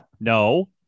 no